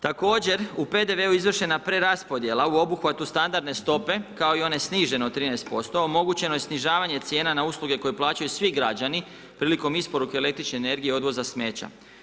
Također, u PDV-u izvršena preraspodjela u obuhvatu standardne stope, kao i one snižene od 13% omogućeno je snižavanje cijena na usluge koje plaćaju svi građani prilikom isporuke električne energije odvoza smeća.